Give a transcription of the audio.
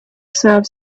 serve